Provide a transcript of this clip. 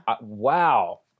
wow